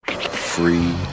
Free